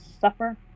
suffer